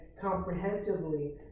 comprehensively